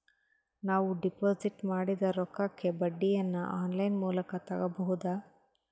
ನಾವು ಡಿಪಾಜಿಟ್ ಮಾಡಿದ ರೊಕ್ಕಕ್ಕೆ ಬಡ್ಡಿಯನ್ನ ಆನ್ ಲೈನ್ ಮೂಲಕ ತಗಬಹುದಾ?